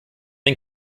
den